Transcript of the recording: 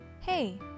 Hey